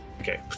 Okay